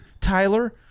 Tyler